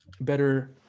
better